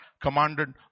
commanded